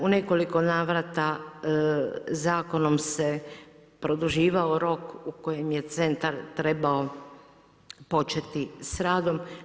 U nekoliko navrata zakonom se produživao rok u kojem je centar trebao početi sa radom.